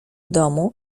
domu